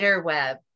web